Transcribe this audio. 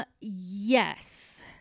Yes